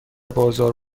بازار